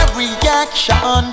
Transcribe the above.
reaction